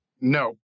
No